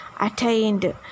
attained